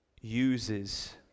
uses